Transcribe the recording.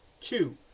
Two